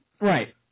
Right